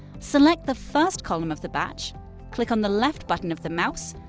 select the first column of the batch click on the left button of the mouse,